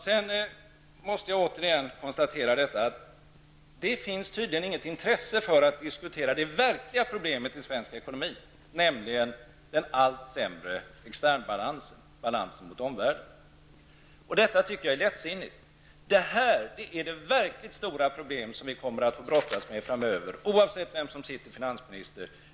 Sedan måste jag återigen konstatera att det tydligen inte finns något intresse för att diskutera det verkliga problemet i svensk ekonomi, nämligen den allt sämre externbalansen, balansen mot omvärlden. Detta tycker jag är lättsinnigt. Detta är det verkligt stora problem vi kommer att få brottas med framöver, oavsett vem som är finansminister.